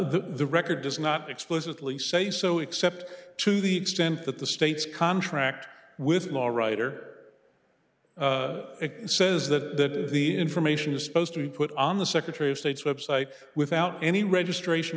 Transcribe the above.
the record does not explicitly say so except to the extent that the state's contract with law writer it says that the information is supposed to be put on the secretary of state's website without any registration